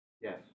yes